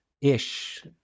ish